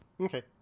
okay